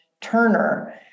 Turner